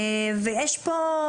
ויש פה,